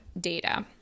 data